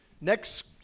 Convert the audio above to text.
Next